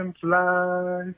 fly